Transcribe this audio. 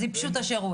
אז ייבשו את השירות.